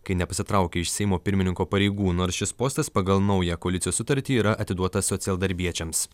kai nepasitraukė iš seimo pirmininko pareigų nors šis postas pagal naują koalicijos sutartį yra atiduotas socialdarbiečiams